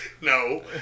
No